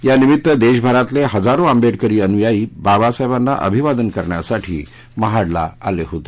या निमित्त देशभरातले हजारो आंबेडकर अनुयायी बाबासाहेबांना अभिवादन करण्यासाठी महाडला आले होते